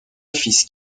fils